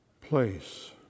place